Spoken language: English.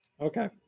Okay